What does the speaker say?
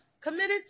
committed